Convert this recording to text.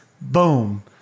Boom